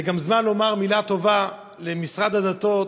זה גם זמן לומר מילה טובה למשרד הדתות,